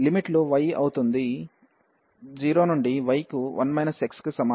limit లు y అవుతుంది 0 నుండి y కు 1 x కి సమానం